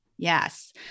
Yes